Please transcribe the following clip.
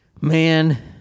man